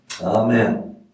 amen